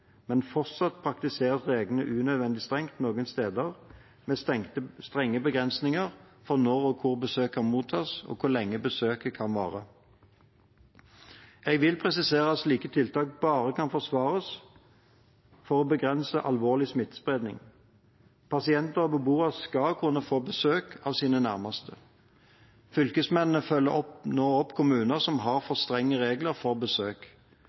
Men fortsatt praktiseres reglene unødvendig strengt noen steder, med strenge begrensninger for når og hvor ofte besøk kan mottas, og hvor lenge besøket kan vare. Jeg vil presisere at slike tiltak bare kan forsvares for å begrense alvorlig smittespredning. Pasienter og beboere skal kunne få besøk av sine nærmeste. Fylkesmennene følger nå opp kommuner som har for strenge regler for besøk.